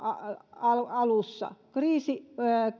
alussa kriisi